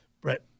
Brett